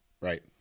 Right